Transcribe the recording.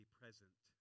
present